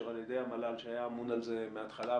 על ידי המל"ל שהיה אמון על זה מהתחלה,